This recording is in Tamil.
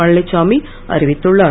பழனிச்சாமி அறிவித்துள்ளார்